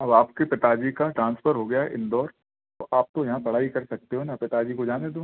अब आपके पिताजी का ट्रांसफर हो गया इंदौर तो आपको यहाँ पढ़ाई कर सकते हो न पिताजी को जाने दो